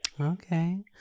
Okay